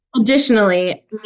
Additionally